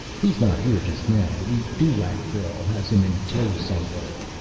he's not here just now. the dulaq girl has him in tow, somewhere.